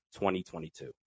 2022